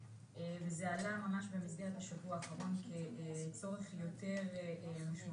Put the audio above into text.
וזה עלה ממש במסגרת השבוע האחרון כצורך יותר משמעותי.